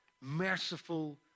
merciful